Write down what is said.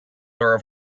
are